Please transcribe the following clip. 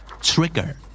Trigger